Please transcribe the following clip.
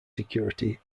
security